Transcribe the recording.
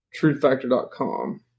truthfactor.com